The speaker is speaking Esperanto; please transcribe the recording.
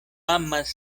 amas